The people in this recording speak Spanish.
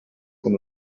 con